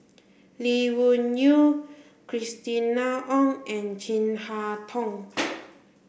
Lee Wung Yew Christina Ong and Chin Harn Tong